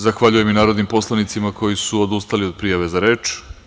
Zahvaljujem i narodnim poslanicima koji su odustali od prijave za reč.